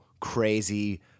crazy